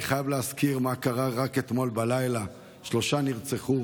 אני חייב להזכיר מה קרה רק אתמול בלילה: שלושה נרצחו